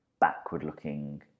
backward-looking